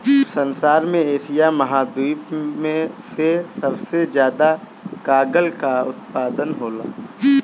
संसार में एशिया महाद्वीप से सबसे ज्यादा कागल कअ उत्पादन होला